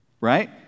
Right